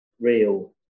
real